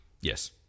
Yes